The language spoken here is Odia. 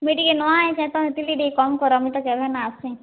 ମୁଁଇ ଟିକେ ନୂଆ ଆଇଚେ ତ ହେଥିଲାଗି ଟିକେ କମ୍ କର ମୁଇଁ ତ କେଭେ ନ ଆସେ